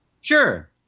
Sure